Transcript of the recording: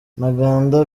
ntaganda